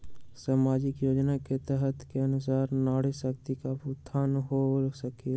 सामाजिक योजना के तहत के अनुशार नारी शकति का उत्थान हो सकील?